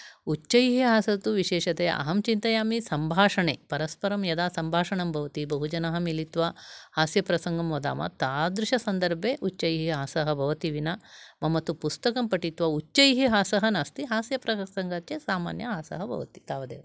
उच्चैः हासः तु विशेषतया अहं चिन्तयामि सम्भाषणे परस्परं यदा सम्भाषणं भवति बहुजनाः मिलित्वा हास्यप्रसङ्गं वदामः तादृशसन्दर्भे उच्चैः हासः भवति विना मम तु पुस्तकं पठित्वा उच्चैः हासः नास्ति हास्यप्रसङ्गात् च सामान्य हासः भवति तावदेव